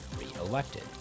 re-elected